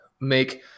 make